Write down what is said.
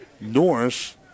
Norris